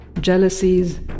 jealousies